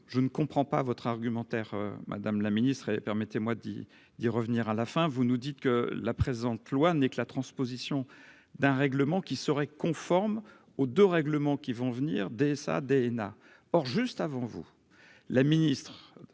je ne comprends pas votre argumentaire, madame la ministre, et permettez-moi d'y d'y revenir, à la fin, vous nous dites que la présente loi n'est que la transposition d'un règlement qui serait conforme aux de règlements qui vont venir dès sa DNA or juste avant vous, la ministre